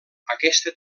aquesta